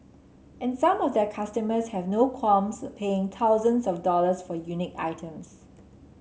and some of their customers have no qualms paying thousands of dollars for unique items